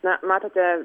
na matote